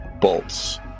bolts